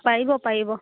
পাৰিব পাৰিব